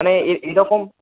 মানে এ এরকম